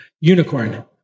unicorn